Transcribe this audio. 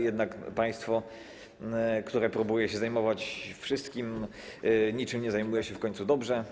Jednak państwo, które próbuje się zajmować wszystkim, niczym nie zajmuje się w końcu dobrze.